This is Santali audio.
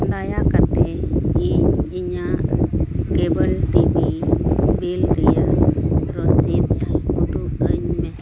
ᱫᱟᱭᱟ ᱠᱟᱛᱮᱫ ᱤᱧ ᱤᱧᱟᱹᱜ ᱠᱮᱵᱚᱞ ᱴᱤᱵᱷᱤ ᱵᱤᱞ ᱨᱮᱱᱟᱜ ᱨᱚᱥᱤᱫᱽ ᱩᱫᱩᱜ ᱟᱹᱧᱢᱮ